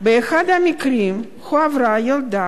יחד עם חבר הכנסת שלמה מולה,